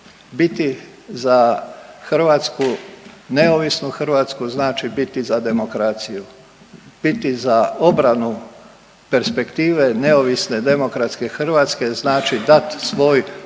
biti za Hrvatsku, neovisnu Hrvatsku znači biti za demokraciju, biti za obranu perspektive neovisne demokratske Hrvatske znači dat svoj